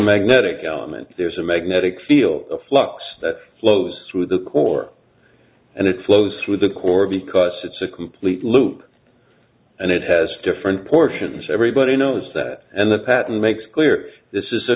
magnetic element there's a magnetic field of flux that flows through the core and it flows through the core because it's a complete loop and it has different portions everybody knows that and the patent makes clear if this is a